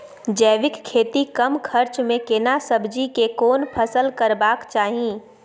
जैविक खेती कम खर्च में केना सब्जी के कोन फसल करबाक चाही?